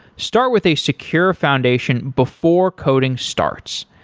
start with a secure foundation before coding starts.